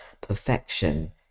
Perfection